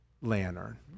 lantern